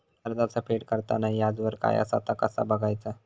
कर्जाचा फेड करताना याजदर काय असा ता कसा बगायचा?